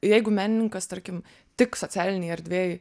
ir jeigu menininkas tarkim tik socialinėj erdvėj